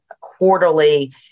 quarterly